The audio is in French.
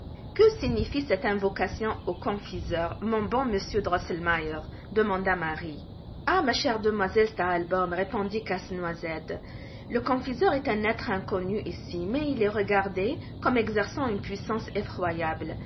que signifie cette invocation au confiseur mon bon monsieur drosselmeier demanda marie ah ma chère demoiselle stahlbaûm répondit casse-noisette le confiseur est un être inconnu ici mais il est regardé comme exerçant une puissance effroyable